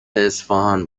اصفهان